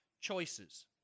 choices